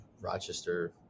Rochester